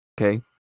Okay